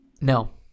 No